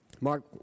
Mark